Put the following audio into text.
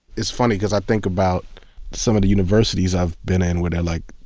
it's funny because i think about some of the universities i've been in where they're like,